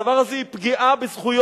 הדבר הזה הוא פגיעה בזכויות.